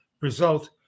result